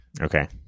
okay